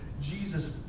Jesus